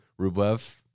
Rublev